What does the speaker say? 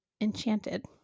enchanted